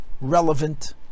relevant